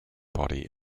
body